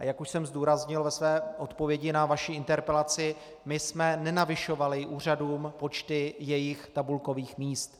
A jak už jsem zdůraznil ve své odpovědi na vaši interpelaci, my jsme nenavyšovali úřadům počty jejich tabulkových míst.